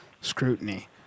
scrutiny